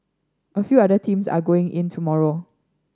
a few other teams are going in tomorrow